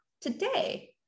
today